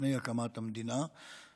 לפני הקמת המדינה.